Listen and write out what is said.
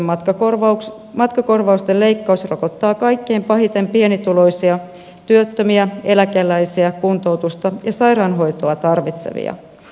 sairausvakuutuksen matkakorvausten leikkaus rokottaa kaikkein pahiten pienituloisia työttömiä eläkeläisiä kuntoutusta ja sairaanhoitoa tarvitsevia